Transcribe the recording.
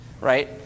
right